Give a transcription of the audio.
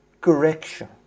correction